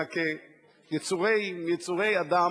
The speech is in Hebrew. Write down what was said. אלא כיצורי אדם,